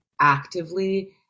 actively